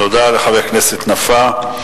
תודה לחבר הכנסת נפאע.